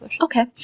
okay